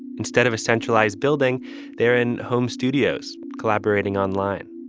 instead of a centralized building there in home studios collaborating online,